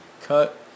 cut